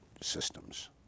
systems